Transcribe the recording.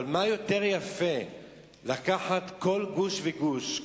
אבל מה יותר יפה מלקחת כל גוש וגוש,